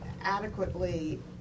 adequately